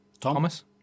Thomas